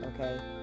okay